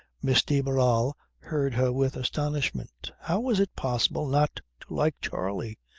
miss de barral heard her with astonishment. how was it possible not to like charley?